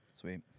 sweet